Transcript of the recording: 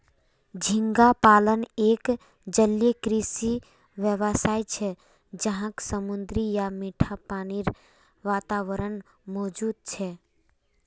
झींगा पालन एक जलीय कृषि व्यवसाय छे जहाक समुद्री या मीठा पानीर वातावरणत मौजूद छे